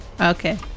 Okay